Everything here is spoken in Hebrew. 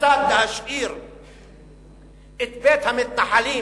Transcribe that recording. כיצד להשאיר את בית המתנחלים